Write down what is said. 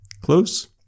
Close